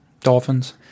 Dolphins